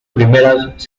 primeras